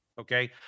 Okay